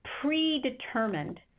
predetermined